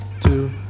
two